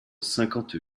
cinquante